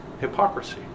hypocrisy